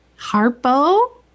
Harpo